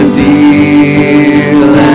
dear